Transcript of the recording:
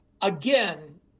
Again